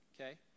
Okay